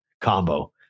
combo